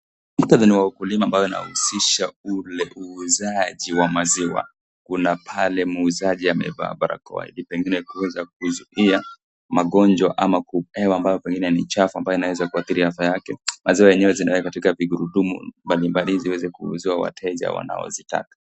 Muktadha ni wa ukulima ambao unahusisha ule uwezaji wa maziwa. Kuna pale mwuzaji amevaa barakoa na pengine kuzuilia magonjwa ama hewa ambayo pengine ni chafu ambayo inaweza kuathiri afya yake. Maziwa yenyewe zinawekwa katika vigurudumu mbalimbali ili ziweze kuuziwa wateja mbalimbali ambao wanazitaka.